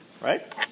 right